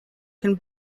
can